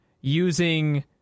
using